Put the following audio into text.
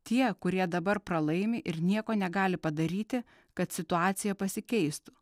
tie kurie dabar pralaimi ir nieko negali padaryti kad situacija pasikeistų